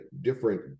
different